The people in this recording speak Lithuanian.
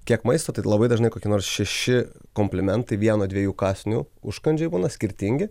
kiek maisto tai labai dažnai kokie nors šeši komplimentai vieno dviejų kąsnių užkandžiai būna skirtingi